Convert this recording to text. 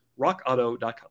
rockauto.com